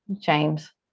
James